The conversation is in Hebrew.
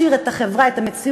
להכשיר את החברה, את המציאות.